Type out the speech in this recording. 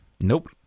Nope